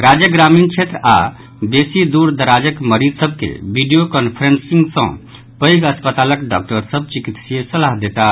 राज्यक ग्रामीण क्षेत्र अओर बेसी दूरदराजक मरीज सभ के वीडियो कॉफ्रेंसिंग सॅ पैध अस्पतालक डाक्टर सभ चिकित्सीय सलाह देताह